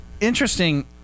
interesting